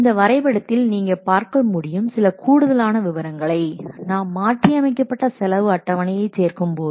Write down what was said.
இந்த வரைபடத்தில் நீங்கள் பார்க்க முடியும் சில கூடுதலான விவரங்களை நாம் மாற்றி அமைக்கப்பட்ட செலவு அட்டவணையை சேர்க்கும் போது